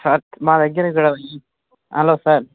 sir మా దగ్గర ఇక్కడ ఈ హలో సార్